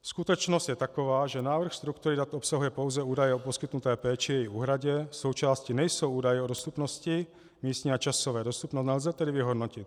Skutečnost je taková, že návrh struktury dat obsahuje pouze údaje o poskytnuté péči, její úhradě, součástí nejsou údaje o dostupnosti místní a časové, nelze tedy vyhodnotit.